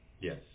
Yes